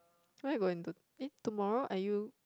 where are you going to eh tomorrow are you